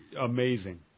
amazing